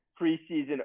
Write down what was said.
preseason